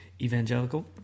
evangelical